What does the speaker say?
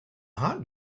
hot